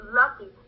lucky